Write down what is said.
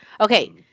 Okay